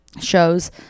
shows